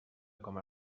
coma